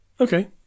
Okay